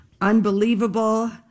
Unbelievable